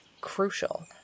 crucial